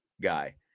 guy